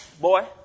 boy